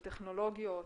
בטכנולוגיות,